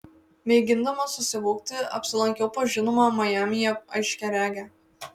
mėgindama susivokti apsilankiau pas žinomą majamyje aiškiaregę